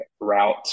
route